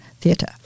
theatre